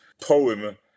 poem